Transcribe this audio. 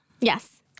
yes